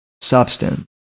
substance